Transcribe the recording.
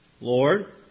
Lord